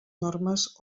normes